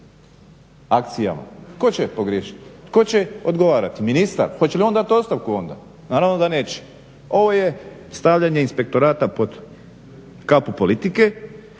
akcijama. Tko će pogriješiti? Tko će odgovarati? Ministar? Hoće li on dati ostavku onda. Naravno da neće. Ovo je stavljanje inspektorata pod kapu politike,